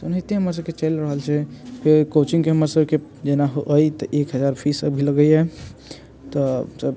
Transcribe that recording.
एनाहिते हमर सबके चलि रहल छै फेर कोचिंगके हमर सबके एक हजार फीस अभी लगैये तऽ सब